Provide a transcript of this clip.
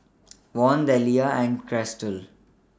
Von Deliah and Chrystal